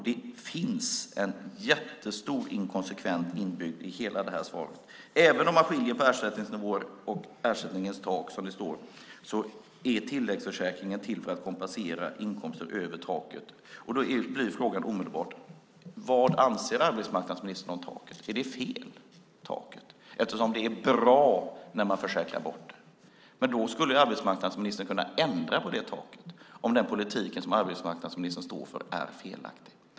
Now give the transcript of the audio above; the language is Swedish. Det finns en jättestor inkonsekvens inbyggd i hela det här svaret. Även om man skiljer på ersättningsnivåer och ersättningens tak, som det står, är tilläggsförsäkringen till för att kompensera inkomster över taket. Då blir frågan omedelbart: Vad anser arbetsmarknadsministern om taket? Är det fel, eftersom det är bra när man försäkrar bort det? I så fall, om den politik som arbetsmarknadsministern står för är felaktig, skulle arbetsmarknadsministern kunna ändra på det taket.